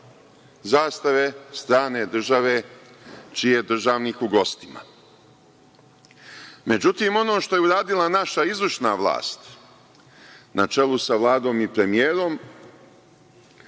zastave strane države čiji je državnik u gostima. Međutim, ono što je uradila naša izvršna vlast, na čelu sa Vladom i premijerom,